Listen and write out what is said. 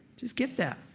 just get that.